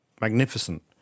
Magnificent